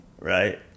right